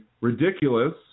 ridiculous